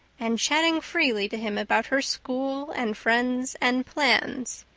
and chatting freely to him about her school and friends and plans.